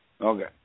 Okay